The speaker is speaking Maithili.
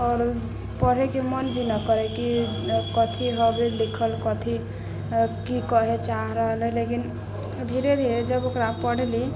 आओर पढ़यके मोन भी ना करै कि कथी हबय लिखल कथी की कहय चाहि रहलै लेकिन धीरे धीरे जब ओकरा पढ़ली